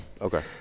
Okay